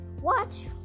Watch